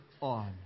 on